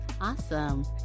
Awesome